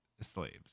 slaves